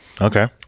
okay